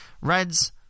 Reds